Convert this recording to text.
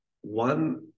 one